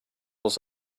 was